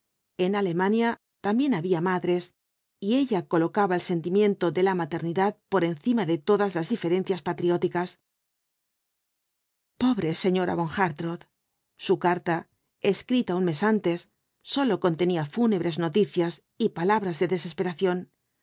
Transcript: en alemania también había ma dres y ella colocaba el sentimiento de la maternidad por encima de todas las diferencias patrióticas pobre señora von hartrott su carta escrita un mes antes sólo contenía fúnebres noticias y palabras de desesperación el